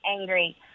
angry